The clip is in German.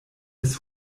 des